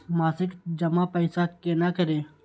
मासिक जमा पैसा केना करी?